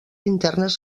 internes